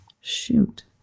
Shoot